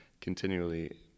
continually